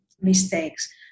mistakes